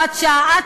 הוראת שעה,